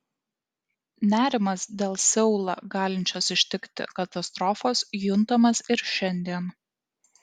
nerimas dėl seulą galinčios ištikti katastrofos juntamas ir šiandien